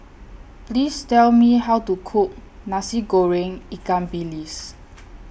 Please Tell Me How to Cook Nasi Goreng Ikan Bilis